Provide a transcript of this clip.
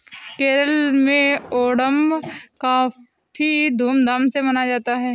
केरल में ओणम काफी धूम धाम से मनाया जाता है